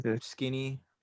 skinny